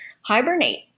hibernate